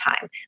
time